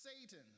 satan